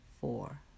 four